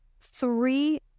Three